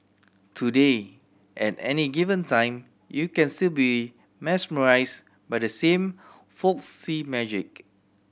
today at any given time you can still be mesmerised by the same folksy magic